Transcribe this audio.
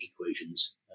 equations